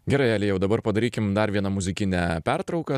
gerai elijau dabar padarykim dar vieną muzikinę pertrauką